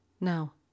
Now